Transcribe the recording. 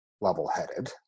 level-headed